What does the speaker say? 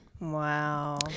Wow